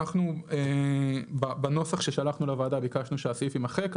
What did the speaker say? אנחנו בנוסח ששלחנו לוועדה ביקשנו שהסעיף ימחק,